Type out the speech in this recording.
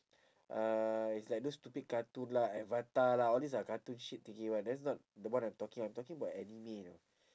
uh is like those stupid cartoon lah avatar lah all these are cartoon shit thingy [one] that's not the one I'm talking I'm talking about anime you know